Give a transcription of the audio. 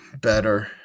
better